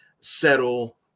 Settle